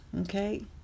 okay